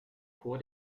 chor